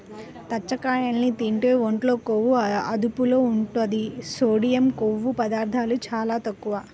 దాచ్చకాయల్ని తింటే ఒంట్లో కొవ్వు అదుపులో ఉంటది, సోడియం, కొవ్వు పదార్ధాలు చాలా తక్కువ